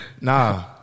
Nah